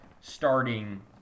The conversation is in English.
starting